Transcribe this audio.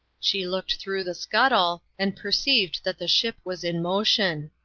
she looked through the scuttle, and perceived that the ship was in motion.